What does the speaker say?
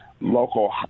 local